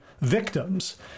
victims